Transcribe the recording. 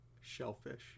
Shellfish